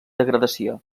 degradació